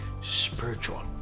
spiritual